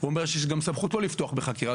הוא אומר שיש גם סמכות לא לפתוח בחקירה.